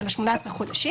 של 18 החודשים.